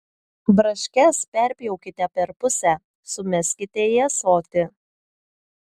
braškes perpjaukite per pusę sumeskite į ąsotį